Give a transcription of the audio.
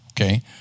okay